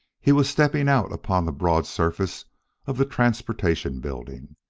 he was stepping out upon the broad surface of the transportation building.